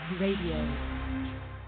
Radio